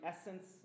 essence